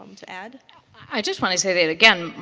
to add i just want to say that again,